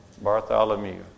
Bartholomew